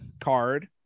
card